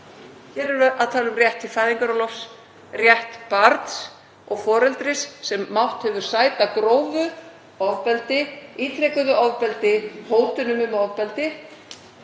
Hér erum við að tala um rétt til fæðingarorlofs, rétt barns og foreldris sem mátt hefur sæta grófu ofbeldi, ítrekuðu ofbeldi, hótunum um ofbeldi,